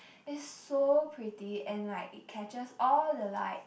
it's so pretty and like it catches all the light